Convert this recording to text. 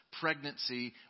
pregnancy